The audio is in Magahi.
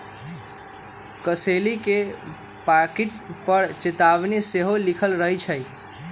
कसेली के पाकिट पर चेतावनी सेहो लिखल रहइ छै